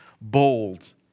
bold